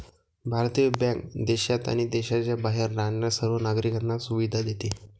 भारतीय बँक देशात आणि देशाच्या बाहेर राहणाऱ्या सर्व नागरिकांना सुविधा देते